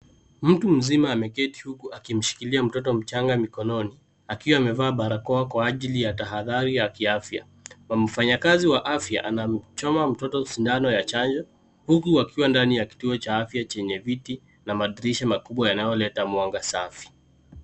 Mtu mzima ameketi huku akimshikilia mtoto mchanga mikononi, akiwa amevaa barakoa kwa ajili ya tahadhari ya kiafya. Kuna mfanyakazi wa afya, anamchoma mtoto sindano ya chanjo, huku wakiwa ndani ya kituo cha afya chenye viti na madirisha makubwa yanayoleta mwanga safi.